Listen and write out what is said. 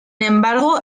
embargo